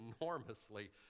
enormously